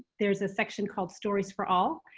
there's a section called stories for all.